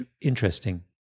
interesting